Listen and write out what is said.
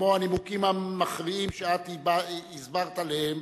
כמו הנימוקים המכריעים שאת הסברת עליהם,